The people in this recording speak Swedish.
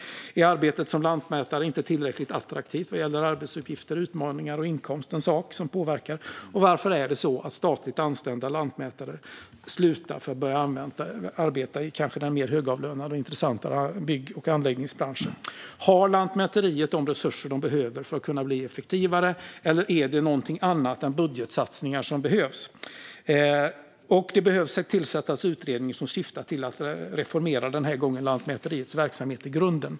Är arbetet som lantmätare inte tillräckligt attraktivt vad gäller arbetsuppgifter, utmaningar och inkomst? Är det en sak som påverkar? Varför slutar statligt anställda lantmätare för att börja arbeta i den kanske mer högavlönade och intressanta bygg och anläggningsbranschen? Har Lantmäteriet de resurser de behöver för att kunna bli effektivare, eller är det något annat än budgetsatsningar som behövs? Det behöver tillsättas en utredning som den här gången syftar till att reformera Lantmäteriets verksamhet i grunden.